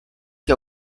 que